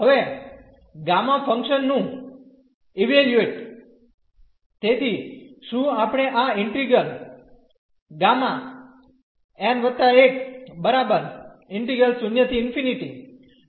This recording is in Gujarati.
હવે ગામા ફંક્શન નું ઇવેલ્યુએટ તેથી શું આપણે આ ઈન્ટિગ્રલ મેળવી શકીએ